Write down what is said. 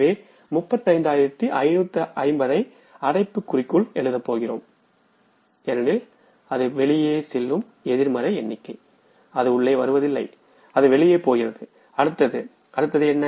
ஆகவே 35550 ஐ அடைப்புக்குறிக்குள் எழுத போகிறோம் ஏனெனில் அது வெளியே செல்லும் எதிர்மறை எண்ணிக்கை அது உள்ளே வருவதில்லை அது வெளியே போகிறது அடுத்தது அடுத்தது என்ன